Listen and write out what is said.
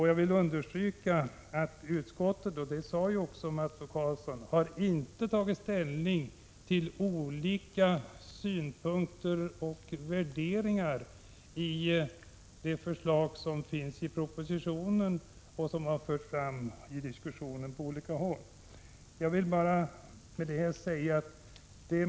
Jag vill understryka att utskottet — som Mats O Karlsson också sade — inte har tagit ställning till synpunkterna och värderingarna i propositionen och som har förts fram i diskussionen på olika håll.